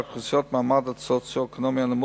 אוכלוסיות מהמעמד הסוציו-אקונומי הנמוך,